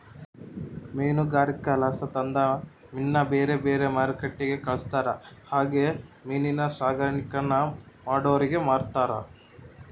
ಮೀನುಗಾರಿಕೆಲಾಸಿ ತಂದ ಮೀನ್ನ ಬ್ಯಾರೆ ಬ್ಯಾರೆ ಮಾರ್ಕೆಟ್ಟಿಗೆ ಕಳಿಸ್ತಾರ ಹಂಗೆ ಮೀನಿನ್ ಸಾಕಾಣಿಕೇನ ಮಾಡೋರಿಗೆ ಮಾರ್ತಾರ